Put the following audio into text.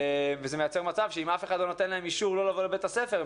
וזה מייצר מצב שאם אף אחד לא נותן להם אישור לא לבוא לבית הספר,